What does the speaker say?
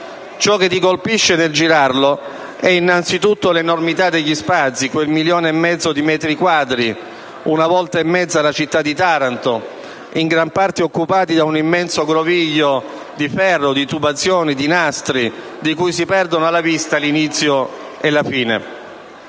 Ciò che colpisce nel girarlo è innanzitutto l'enormità degli spazi, quel milione e mezzo di metri quadri (una volta e mezza la città di Taranto), in gran parte occupati da un immenso groviglio di tubazioni, di ferro e di nastri di cui si perdono alla vista l'inizio e la fine;